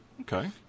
Okay